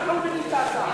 לא מבינים את ההצעה.